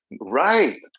Right